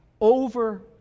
over